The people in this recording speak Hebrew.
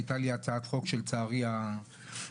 הייתה לי הצעת חוק שלצערי הרב,